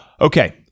Okay